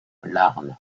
larn